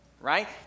right